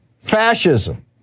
fascism